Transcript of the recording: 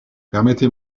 permettez